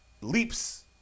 leaps